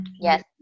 Yes